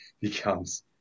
becomes